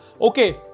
Okay